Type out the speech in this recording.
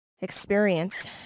experience